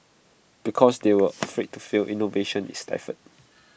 because they are afraid to fail innovation is stifled